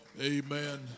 Amen